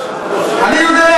אני יודע,